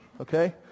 okay